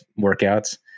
workouts